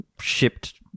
shipped